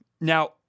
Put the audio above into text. Now